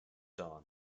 dawn